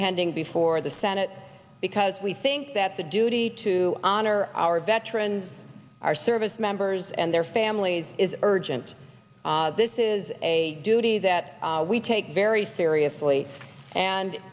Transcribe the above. pending before the senate because we think that the duty to honor our veterans our service members and families is urgent this is a duty that we take very seriously and